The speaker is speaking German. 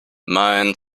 mein